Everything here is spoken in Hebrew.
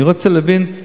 אני רוצה להבין,